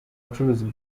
ubucuruzi